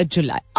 July